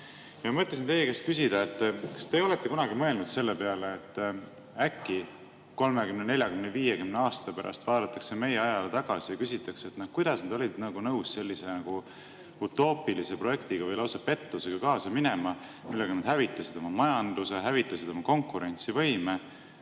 Ma mõtlesin teie käest küsida, kas te olete kunagi mõelnud selle peale, et äkki 30, 40 või 50 aasta pärast vaadatakse meie ajale tagasi ja küsitakse, kuidas nad olid nõus utoopilise projektiga või lausa pettusega kaasa minema, millega nad hävitasid oma majanduse, hävitasid oma konkurentsivõime